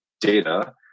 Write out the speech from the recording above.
data